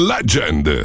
Legend